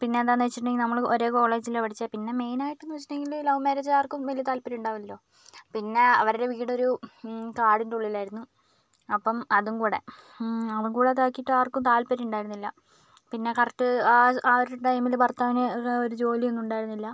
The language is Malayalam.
പിന്നെന്താന്ന് വെച്ചിട്ടുണ്ടെങ്കിൽ നമ്മൾ ഒരേ കോളേജിലാണ് പഠിച്ചത് പിന്നെ മെയിനായിട്ടിന്ന് വെച്ചിട്ടുണ്ടെങ്കിൽ ലവ് മാര്യേജ് ആർക്കും വലിയ താൽപര്യം ഉണ്ടാവില്ലലോ പിന്നെ അവരുടെ വീടൊരു കാടിൻ്റെ ഉള്ളിലായിരുന്നു അപ്പം അതും കൂടെ അതും കൂടെ ഇതാക്കീട്ട് ആർക്കും താൽപര്യം ഉണ്ടായിരുന്നില്ല പിന്നെ കറക്റ്റ് ആ ആ ഒരു ടൈമിൽ ഭർത്താവിന് ഒരു ജോലിയൊന്നും ഉണ്ടായിരുന്നില്ല